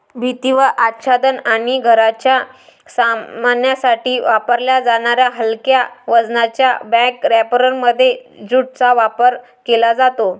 भिंतीवर आच्छादन आणि घराच्या सामानासाठी वापरल्या जाणाऱ्या हलक्या वजनाच्या बॅग रॅपरमध्ये ज्यूटचा वापर केला जातो